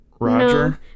Roger